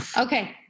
Okay